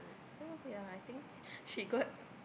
so ya I think she got